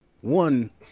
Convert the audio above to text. one